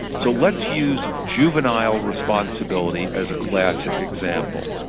so let's use juvenile responsibility as a classic example.